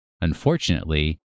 Unfortunately